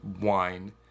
wine